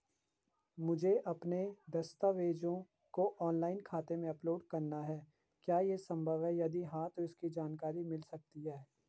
मुझे अपने दस्तावेज़ों को ऑनलाइन खाते में अपलोड करना है क्या ये संभव है यदि हाँ तो इसकी जानकारी मिल सकती है?